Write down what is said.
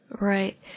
Right